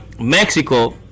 Mexico